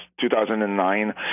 2009